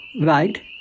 right